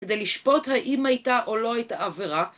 כדי לשפוט האם הייתה או לא הייתה עבירה